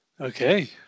okay